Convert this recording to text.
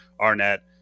Arnett